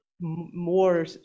more